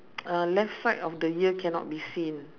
uh left side of the ear cannot be seen